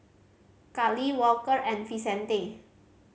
Kallie Walker and Vicente